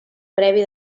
previ